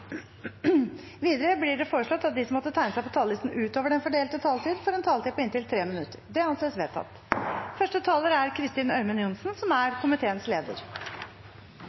Videre blir det foreslått at de som måtte tegne seg på talerlisten utover den fordelte taletid, får en taletid på inntil 3 minutter. – Det anses vedtatt. Først vil jeg få lov til å takke komiteen for et godt samarbeid rundt budsjettet. Vi er